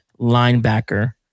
linebacker